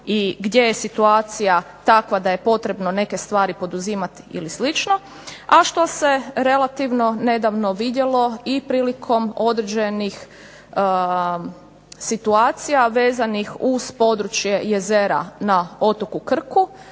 i gdje je situacija takva da je potrebno neke stvari poduzimati ili slično, a što se relativno nedavno vidjelo i prilikom određenih situacija vezanih uz područje jezera na otoku Krku.